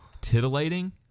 titillating